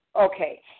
okay